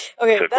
okay